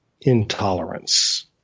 intolerance